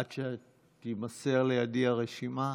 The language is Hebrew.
עד שתימסר לידי הרשימה,